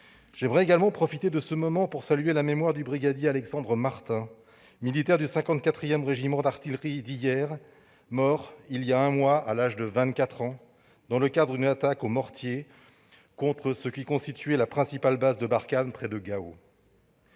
J'aimerais également profiter de ce moment pour saluer la mémoire du brigadier Alexandre Martin, militaire du 54 régiment d'artillerie d'Hyères, mort il y a un mois à l'âge de 24 ans dans le cadre d'une attaque au mortier contre ce qui constituait la principale base de l'opération Barkhane, près de Gao.